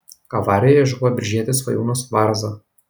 avarijoje žuvo biržietis svajūnas varza